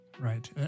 Right